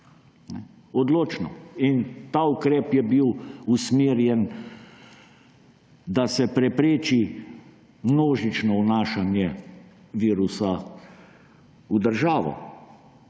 vlade. Ta ukrep je bil usmerjen v to, da se prepreči množično vnašanje virusa v državo.